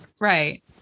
Right